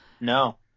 No